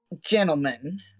gentlemen